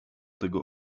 tego